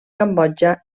cambodja